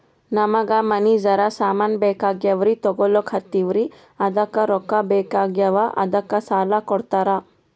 ನಮಗ ಮನಿಗಿ ಜರ ಸಾಮಾನ ಬೇಕಾಗ್ಯಾವ್ರೀ ತೊಗೊಲತ್ತೀವ್ರಿ ಅದಕ್ಕ ರೊಕ್ಕ ಬೆಕಾಗ್ಯಾವ ಅದಕ್ಕ ಸಾಲ ಕೊಡ್ತಾರ?